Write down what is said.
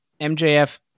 MJF